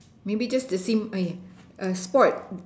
maybe just the same !aiya! a sport